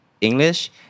English